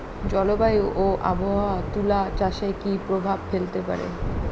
জলবায়ু ও আবহাওয়া তুলা চাষে কি প্রভাব ফেলতে পারে?